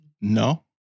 No